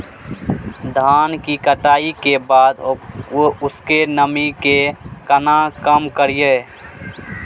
धान की कटाई के बाद उसके नमी के केना कम करियै?